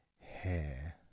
hair